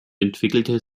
entwickelte